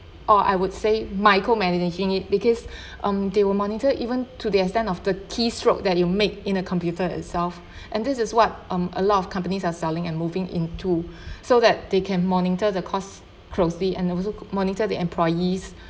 or I would say micromanaging it because um they will monitor even to the extent of the key stroke that you make in a computer itself and this is what um a lot of companies are selling and moving into so that they can monitor the course closely and also monitor the employees